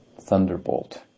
thunderbolt